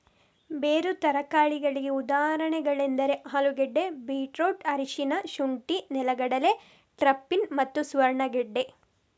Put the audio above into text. ಬೇರು ತರಕಾರಿಗಳಿಗೆ ಉದಾಹರಣೆಗಳೆಂದರೆ ಆಲೂಗೆಡ್ಡೆ, ಬೀಟ್ರೂಟ್, ಅರಿಶಿನ, ಶುಂಠಿ, ನೆಲಗಡಲೆ, ಟರ್ನಿಪ್ ಮತ್ತು ಸುವರ್ಣಗೆಡ್ಡೆ